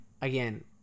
again